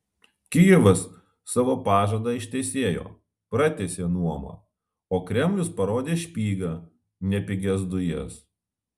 kijevas savo pažadą ištesėjo pratęsė nuomą o kremlius parodė špygą ne pigias dujas